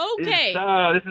Okay